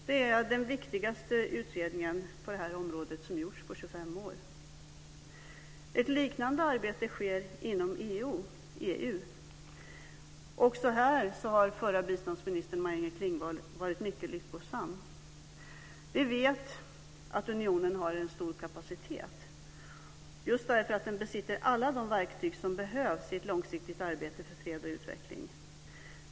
Det är den viktigaste utredningen på det här området som har gjorts på 25 år. Ett liknande arbete sker inom EU. Också här har förra biståndsministern Maj-Inger Klingvall varit mycket lyckosam. Vi vet att unionen har en stor kapacitet just därför att den besitter alla de verktyg som behövs i ett långsiktigt arbete för fred och utveckling.